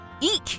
Eek